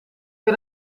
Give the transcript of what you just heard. ben